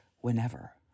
whenever